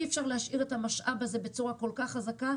אי-אפשר להשאיר את המשאב הזה בצורה כל כך חזקה,